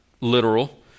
literal